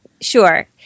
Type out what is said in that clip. Sure